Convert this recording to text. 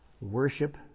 worship